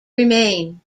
remain